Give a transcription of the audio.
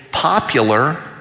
Popular